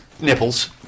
Nipples